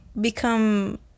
become